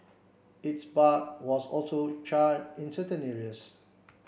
its bark was also charred in certain areas